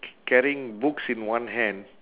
ca~ carrying books in one hand